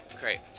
great